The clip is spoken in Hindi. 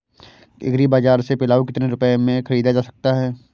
एग्री बाजार से पिलाऊ कितनी रुपये में ख़रीदा जा सकता है?